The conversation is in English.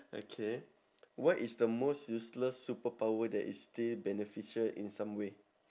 okay what is the most useless superpower that is still beneficial in some way